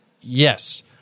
Yes